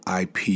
IP